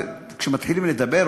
כשמתחילים לדבר,